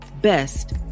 best